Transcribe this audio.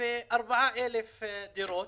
74,000 דירות.